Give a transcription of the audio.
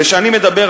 כשאני מדבר,